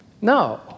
No